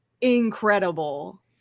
incredible